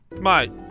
Mate